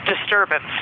disturbance